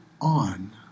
on